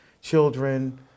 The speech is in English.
children